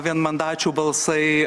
vienmandačių balsai